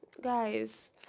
guys